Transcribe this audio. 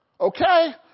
Okay